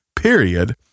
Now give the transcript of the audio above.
period